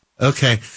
Okay